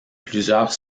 plusieurs